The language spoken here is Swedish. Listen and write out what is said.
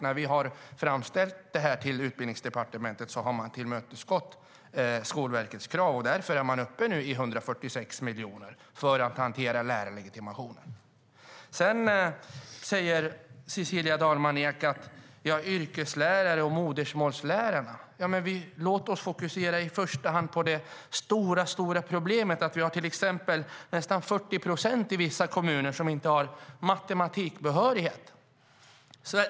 När vi har framställt detta till Utbildningsdepartementet har Skolverkets krav tillmötesgåtts. Därför är man nu uppe i 146 miljoner kronor för hantering av lärarlegitimationen. Sedan pratar Cecilia Dalman Eek om modersmålslärarna och yrkeslärarna. Låt oss i första hand fokusera på det stora problemet. Nästan 40 procent av lärarna i vissa kommuner har inte matematikbehörighet.